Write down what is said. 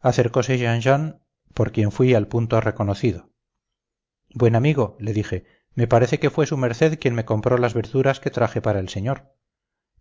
acercose jean jean por quien fui al punto reconocido buen amigo le dije me parece que fue su merced quien me compró las verduras que traje para el señor